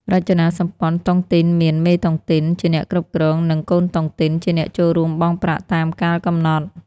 រចនាសម្ព័ន្ធតុងទីនមាន "មេតុងទីន" ជាអ្នកគ្រប់គ្រង និង "កូនតុងទីន" ជាអ្នកចូលរួមបង់ប្រាក់តាមកាលកំណត់។